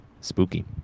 Spooky